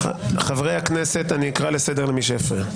--- חברי הכנסת, אני אקרא לסדר את מי שיפריע.